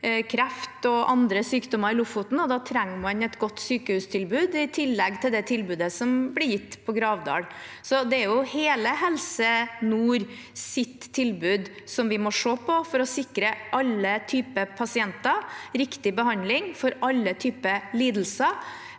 kreft og andre sykdommer i Lofoten, og da trenger man et godt sykehustilbud i tillegg til det tilbudet som blir gitt på Gravdal. Det er hele Helse nord sitt tilbud vi må se på for å sikre alle typer pasienter riktig behandling for alle typer lidelser,